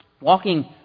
walking